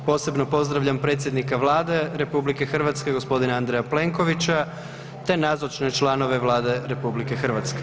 Posebno pozdravljam predsjednika Vlade RH gospodina Andreja Plenkovića te nazočne članove Vlade RH.